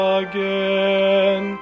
again